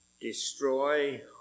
destroy